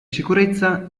sicurezza